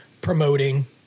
promoting